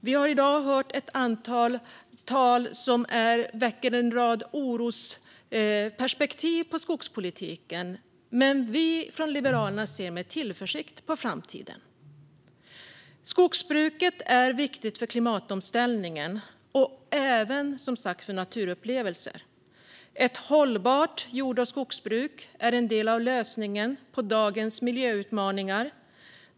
Vi har i dag hört ett antal tal som väcker en rad orosperspektiv på skogspolitiken, men vi liberaler ser med tillförsikt på framtiden. Skogsbruket är viktigt för klimatomställningen och även, som sagt, för naturupplevelser. Ett hållbart jord och skogsbruk är en del av lösningen på dagens miljöutmaningar.